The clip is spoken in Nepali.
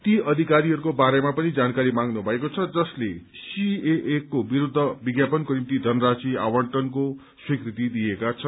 ती अधिकारीहरूको बारेमा पनि जानकारी माग्नु भएको छ जसले सीएएको विरूद्ध विज्ञापनको निम्ति धनराशी आवण्टनको स्वीकृति दिएका छन्